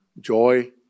joy